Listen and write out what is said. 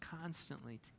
constantly